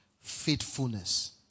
faithfulness